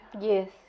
Yes